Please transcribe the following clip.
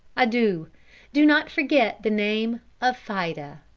adieu. do not forget the name of fida.